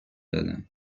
دادم